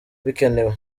bikenewe